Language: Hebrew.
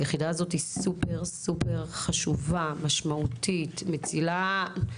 היחידה הזאת היא סופר חשובה, משמעותית, מצילה.